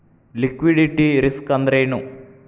Liquidity risk ಅಂದ್ರೇನು?